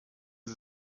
sie